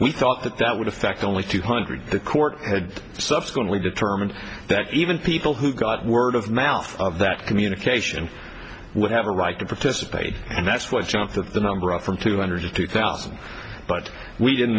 we thought that that would affect only two hundred the court had subsequently determined that even people who got word of mouth of that communication would have a right to participate and that's what jumped the number from two hundred to two thousand but we didn't